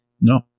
No